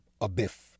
Abiff